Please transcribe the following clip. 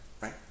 right